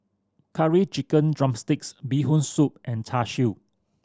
Curry Chicken drumstick Bee Hoon Soup and Char Siu